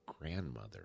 grandmother